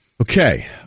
Okay